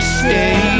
stay